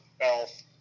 Elf